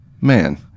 man